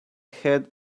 had